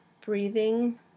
breathing